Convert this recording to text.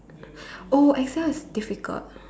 oh Excel is difficult